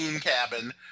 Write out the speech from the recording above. cabin